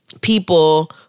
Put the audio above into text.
people